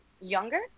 younger